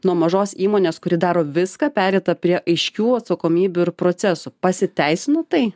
nuo mažos įmonės kuri daro viską pereita prie aiškių atsakomybių ir procesų pasiteisino tai